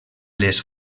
les